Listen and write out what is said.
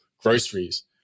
groceries